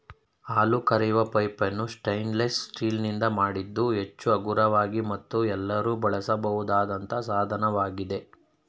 ಹಾಲು ಕರೆಯುವ ಪೈಪನ್ನು ಸ್ಟೇನ್ಲೆಸ್ ಸ್ಟೀಲ್ ನಿಂದ ಮಾಡಿದ್ದು ಹೆಚ್ಚು ಹಗುರವಾಗಿ ಮತ್ತು ಎಲ್ಲರೂ ಬಳಸಬಹುದಾದಂತ ಸಾಧನವಾಗಿದೆ